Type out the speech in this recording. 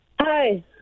Hi